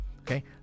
Okay